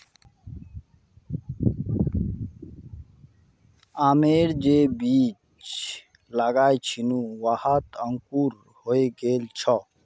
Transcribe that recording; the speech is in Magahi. आमेर जे बीज लगाल छिनु वहात अंकुरण हइ गेल छ